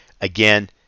again